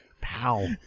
Pow